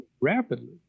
rapidly